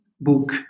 book